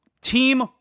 Team